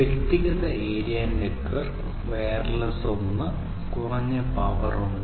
വ്യക്തിഗത area network wireless ഒന്ന് കുറഞ്ഞ പവർ ഉണ്ട്